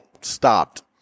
stopped